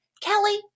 Kelly